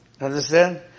Understand